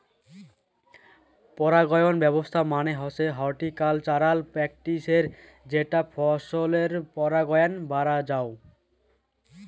পরাগায়ন ব্যবছস্থা মানে হসে হর্টিকালচারাল প্র্যাকটিসের যেটা ফছলের পরাগায়ন বাড়াযঙ